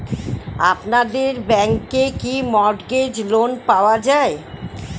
আপনাদের ব্যাংকে কি মর্টগেজ লোন পাওয়া যায়?